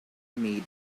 made